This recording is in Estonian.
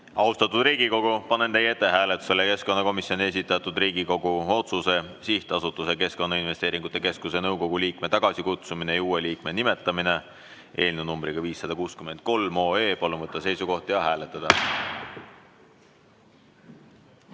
Riigikogu, panen teie ette hääletusele keskkonnakomisjoni esitatud Riigikogu otsuse "Sihtasutuse Keskkonnainvesteeringute Keskus nõukogu liikme tagasikutsumine ja uue liikme nimetamine" eelnõu 563. Palun võtta seisukoht ja hääletada!